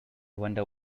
wonder